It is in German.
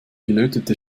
gelötete